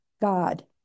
God